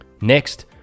Next